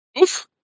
Oof